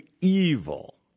evil